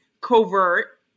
covert